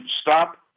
stop